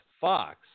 Fox